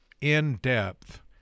in-depth